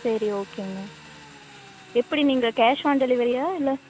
சரி ஓகேங்க எப்படி நீங்கள் கேஷ் ஆன் டெலிவரியா இல்லை